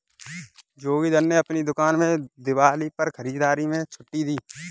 जोगिंदर ने अपनी दुकान में दिवाली पर खरीदारी में छूट दी